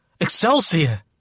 Excelsior